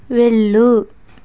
వెళ్ళు